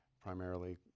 primarily